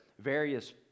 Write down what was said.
various